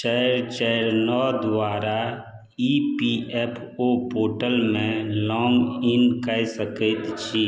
चारि चारि नओ द्वारा ई पी एफ ओ पोर्टलमे लॉग इन कय सकैत छी